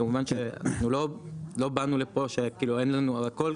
אנחנו לא באנו לפה שאין לנו הכל,